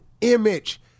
image